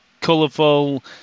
colourful